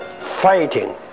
fighting